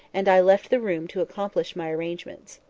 and i left the room to accomplish my arrangements.